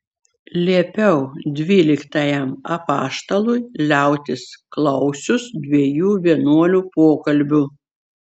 liepiau dvyliktajam apaštalui liautis klausius dviejų vienuolių pokalbių